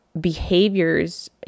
behaviors